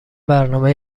برنامه